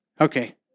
Okay